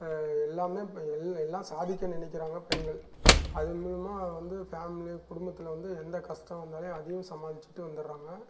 எல்லாமே இப்ப எல் எல்லாம் சாதிக்க நினைக்கிறாங்க பெண்கள் அதன் மூலயமா வந்து ஃபேமிலி குடும்பத்தில் வந்து எந்த கஷ்டம் வந்தாலும் அதையும் சமாளிச்சுட்டு வந்துகிறாங்க